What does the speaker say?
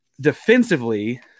Defensively